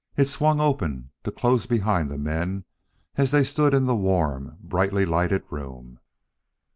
it swung open, to close behind the men as they stood in the warm, brightly-lighted room.